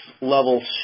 level